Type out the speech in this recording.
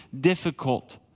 difficult